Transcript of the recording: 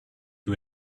you